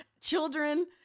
Children